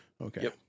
Okay